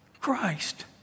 Christ